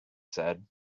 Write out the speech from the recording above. said